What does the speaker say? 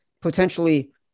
potentially